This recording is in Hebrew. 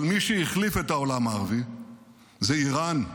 אבל מי שהחליף את העולם הערבי זה איראן,